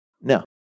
Now